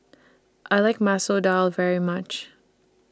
I like Masoor Dal very much